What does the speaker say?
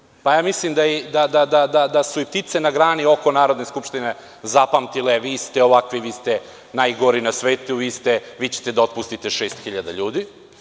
Do malopre, pa ja mislim da su i ptice na grani oko Narodne skupštine zapamtile - vi ste ovakvi, vi ste najgori na svetu, vi će te da otpustite šest hiljada ljudi.